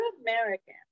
American